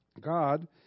God